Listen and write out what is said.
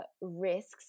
risks